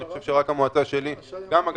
אני חושב שרק המועצה שלי אגב,